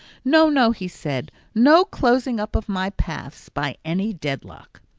no, no, he said, no closing up of my paths by any dedlock!